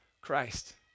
Christ